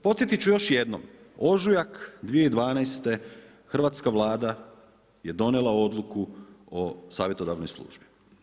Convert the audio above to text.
Podsjetit ću još jednom, ožujak 2012. hrvatska Vlada je donijela odluku o savjetodavnoj službi.